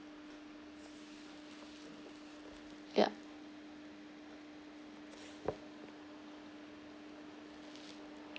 yeah